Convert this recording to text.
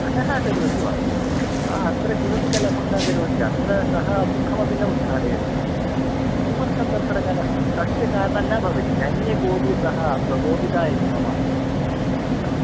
कलहं करोति वा अत्र किमपि कलहं न करोति अत्र सः मुखमपि न उद्घाटयति किमर्थं तत्र कलहं तस्य कारणं न भविष्यति अन्ये कोपि सः प्रकोपिता इति मम चिन्ता